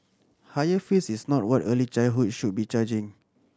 higher fees is not what early childhood should be charging